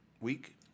week